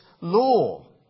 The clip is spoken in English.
law